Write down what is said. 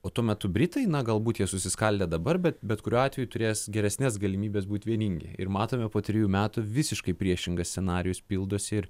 o tuo metu britai na galbūt jie susiskaldę dabar bet bet kuriuo atveju turės geresnes galimybes būt vieningi ir matome po trijų metų visiškai priešingas scenarijus pildosi ir